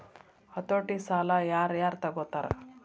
ಹತೋಟಿ ಸಾಲಾ ಯಾರ್ ಯಾರ್ ತಗೊತಾರ?